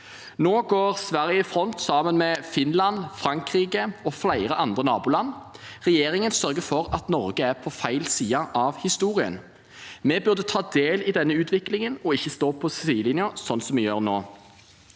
Nå går Sverige i front, sammen med Finland, Frankrike og flere andre naboland. Regjeringen sørger for at Norge er på feil side av historien. Vi burde ta del i denne utviklingen og ikke stå på sidelinjen, slik vi gjør nå.